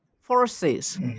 forces